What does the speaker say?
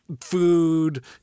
food